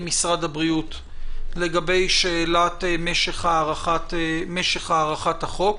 משרד הבריאות לגבי שאלת משך הארכת החוק,